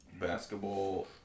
Basketball